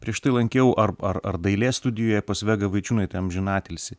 prieš tai lankiau ar ar ar dailės studijoje pas vegą vaičiūnaitę amžinatilsį